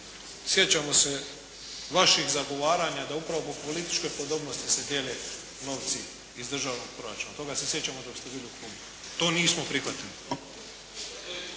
sjećamo se vaših zagovaranja da upravo po političkoj podobnosti se dijele novci iz državnog proračuna. Toga se sjećamo dok ste bili u klubu. To nismo prihvatili.